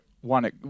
one